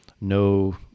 no